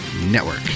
Network